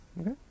Okay